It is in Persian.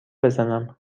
بزنم